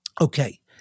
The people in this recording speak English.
Okay